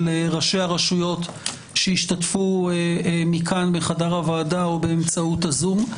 ולראשי הרשויות שהשתתפו מכאן מחדר הוועדה או באמצעות הזום.